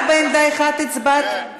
רק בעמדה אחת הצבעת?